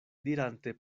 dirante